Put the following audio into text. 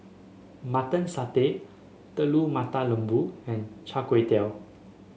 Mutton Satay Telur Mata Lembu and chai kway tow